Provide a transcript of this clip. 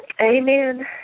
Amen